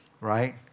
right